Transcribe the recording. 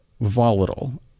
volatile